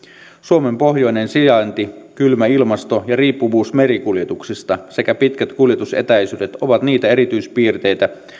suomen pohjoinen sijainti kylmä ilmasto ja riippuvuus merikuljetuksista sekä pitkät kuljetusetäisyydet ovat niitä erityispiirteitä